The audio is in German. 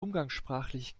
umgangssprachlich